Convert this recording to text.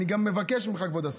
ומבקש ממך, כבוד השר,